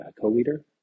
co-leader